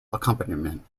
accompaniment